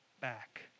back